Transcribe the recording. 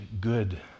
good